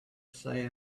say